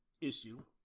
issue